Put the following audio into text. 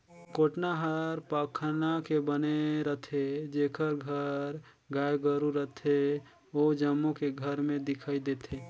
कोटना हर पखना के बने रथे, जेखर घर गाय गोरु रथे ओ जम्मो के घर में दिखइ देथे